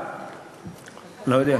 תודה.